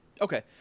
okay